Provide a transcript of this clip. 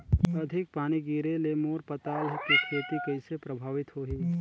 अधिक पानी गिरे ले मोर पताल के खेती कइसे प्रभावित होही?